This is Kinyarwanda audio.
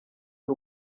w’u